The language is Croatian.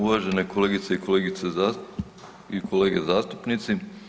Uvažene kolegice i kolegice i kolege zastupnici.